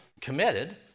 committed